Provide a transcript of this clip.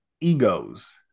egos